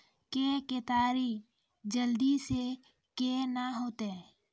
के केताड़ी जल्दी से के ना होते?